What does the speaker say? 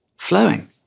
flowing